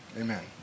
Amen